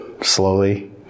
slowly